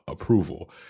Approval